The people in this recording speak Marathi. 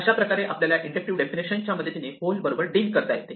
अशा प्रकारे आपल्याला इंडक्टिव्ह डेफिनिशन च्या मदतीने होल बरोबर डील करता येते